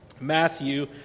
Matthew